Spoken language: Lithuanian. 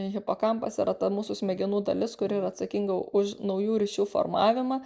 hipokampas yra ta mūsų smegenų dalis kuri yra atsakinga už naujų ryšių formavimą